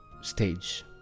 stage